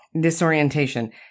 disorientation